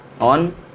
on